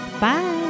Bye